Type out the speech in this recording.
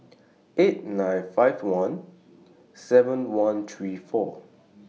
eight nine five one seven one three four